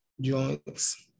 joints